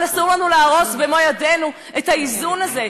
אבל אסור לנו להרוס במו-ידינו את האיזון הזה,